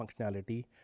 functionality